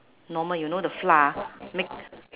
normal you know the flour make